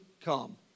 come